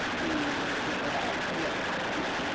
be people that commit violence.